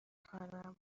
خوانم